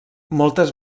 moltes